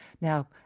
Now